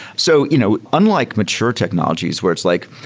so you know unlike mature technologies where it's like,